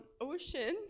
Oceans